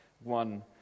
one